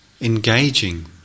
engaging